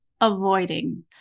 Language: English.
avoiding